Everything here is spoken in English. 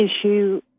issue